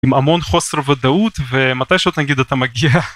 עם המון חוסר ודאות ומתי שאתה, נגיד, אתה מגיע.